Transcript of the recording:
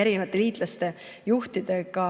erinevate liitlaste juhtidega